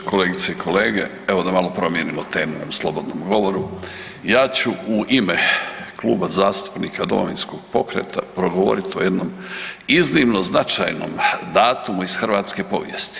Kolegice i kolege, evo da malo promijenimo temu u slobodnom govoru ja ću u ime Kluba zastupnika Domovinskog pokreta progovorit o jednom iznimno značajnom datumu iz hrvatske povijesti.